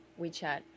WeChat